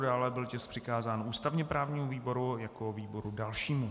Dále byl tisk přikázán ústavněprávnímu výboru jako výboru dalšímu.